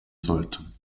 sollten